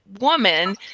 woman